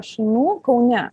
šunų kaune